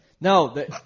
No